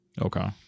okay